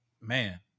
man